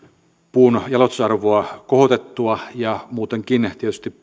puun jalostusarvoa kohotettua ja muutenkin tietysti